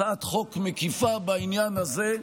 נוסח של הצעת חוק מקיפה בעניין הזה.